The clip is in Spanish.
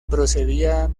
procedía